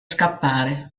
scappare